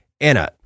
Anna